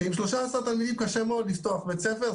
עם 13 תלמידים קשה מאוד לפתוח בית ספר,